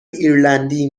ایرلندی